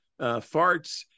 farts